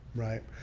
right,